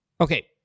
Okay